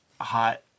hot